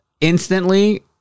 instantly